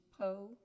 Poe